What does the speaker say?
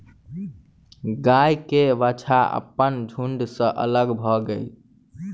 गाय के बाछा अपन झुण्ड सॅ अलग भअ गेल